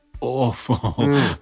awful